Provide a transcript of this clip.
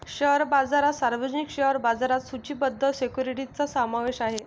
share बाजारात सार्वजनिक share बाजारात सूचीबद्ध सिक्युरिटीजचा समावेश आहे